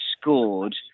scored